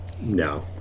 no